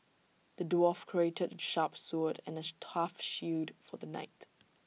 the dwarf crafted A sharp sword and A tough shield for the knight